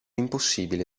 impossibile